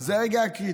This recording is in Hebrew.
זה הרגע הקריטי.